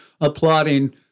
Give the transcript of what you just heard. applauding